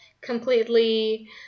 completely